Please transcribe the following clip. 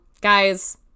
guys